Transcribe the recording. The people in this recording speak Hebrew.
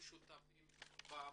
ששותפים לעניין.